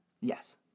Yes